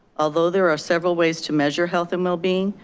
although there are several ways to measure health and well being,